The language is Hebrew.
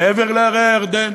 מעבר להרי הירדן?